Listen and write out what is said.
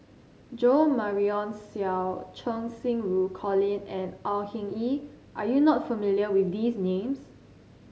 Jo Marion Seow Cheng Xinru Colin and Au Hing Yee are you not familiar with these names